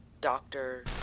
Doctor